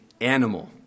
animal